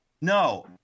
No